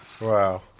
Wow